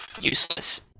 useless